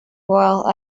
well